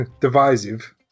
divisive